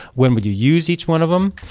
when would you use each one of them.